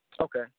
Okay